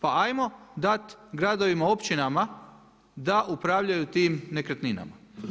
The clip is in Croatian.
Pa ajmo dat, gradovima, općinama da upravljaju tim nekretninama.